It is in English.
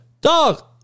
Dog